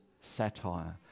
satire